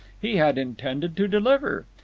he had intended to deliver.